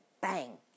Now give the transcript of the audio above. bang